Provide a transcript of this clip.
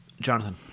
Jonathan